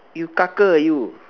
you ah you